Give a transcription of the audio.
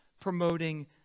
promoting